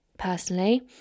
personally